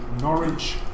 Norwich